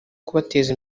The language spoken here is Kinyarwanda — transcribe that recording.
kubateza